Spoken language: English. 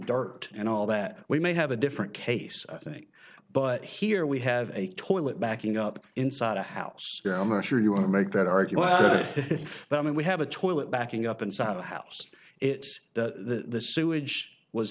dirt and all that we may have a different case i think but here we have a toilet backing up inside a house sure you want to make that argument but i mean we have a toilet backing up inside the house it's the sewage was